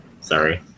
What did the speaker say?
sorry